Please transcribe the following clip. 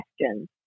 questions